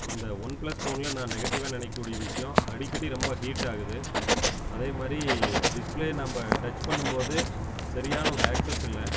இந்த OnePlus ஃபோனில் நான் நெகட்டிவாக நினைக்கக்கூடிய விஷயம் அடிக்கடி ரொம்ப ஹீட் ஆகுது அதே மாதிரி டிஸ்பிளே நம்ம டச் பண்ணும் போது சரியான ஒரு ஆக்ஸஸ் இல்லை